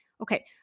okay